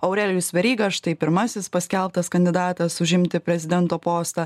aurelijus veryga štai pirmasis paskelbtas kandidatas užimti prezidento postą